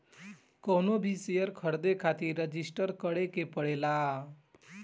कवनो भी शेयर खरीदे खातिर रजिस्टर करे के पड़ेला